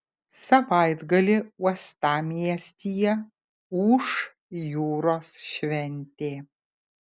savaitgalį uostamiestyje ūš jūros šventė